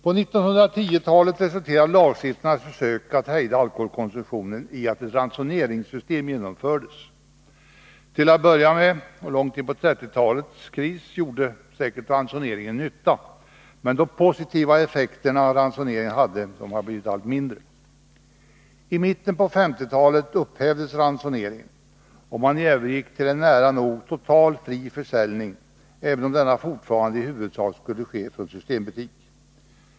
På 1910-talet resulterade lagstiftarnas försök att hejda alkoholkonsumtioneni att ett ransoneringssystem genomfördes. Till att börja med, och långt in i 30-talets kris, gjorde säkert ransoneringen nytta, men de positiva effekterna blev som småningom allt mindre. I mitten på 50-talet upphävdes ransoneringen, och man övergick till en nära nog totalt fri försäljning, även om denna fortfarande i huvudsak skulle ske från systembutik.